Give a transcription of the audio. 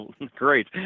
Great